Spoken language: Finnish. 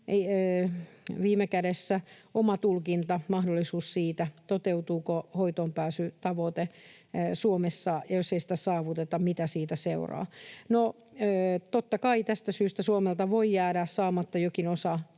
viime kädessä oma tulkintamahdollisuus siitä, toteutuuko hoitoonpääsytavoite Suomessa, ja jos ei sitä saavuteta, mitä siitä seuraa. No, totta kai tästä syystä Suomelta voi jäädä saamatta jokin osa